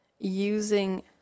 using